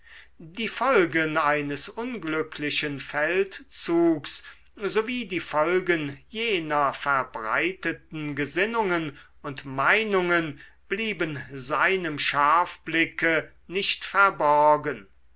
die folgen eines unglücklichen feldzugs sowie die folgen jener verbreiteten gesinnungen und meinungen blieben seinem scharfblicke nicht verborgen